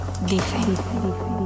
Dicen